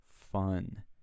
fun